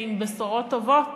עם בשורות טובות